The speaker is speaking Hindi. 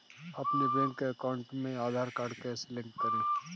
अपने बैंक अकाउंट में आधार कार्ड कैसे लिंक करें?